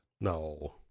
No